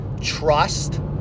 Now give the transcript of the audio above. trust